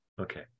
Okay